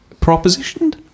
Propositioned